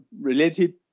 related